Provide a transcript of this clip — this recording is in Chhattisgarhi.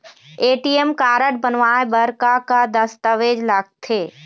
ए.टी.एम कारड बनवाए बर का का दस्तावेज लगथे?